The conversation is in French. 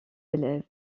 élèves